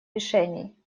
решений